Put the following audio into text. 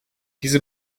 diese